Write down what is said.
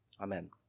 Amen